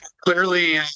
Clearly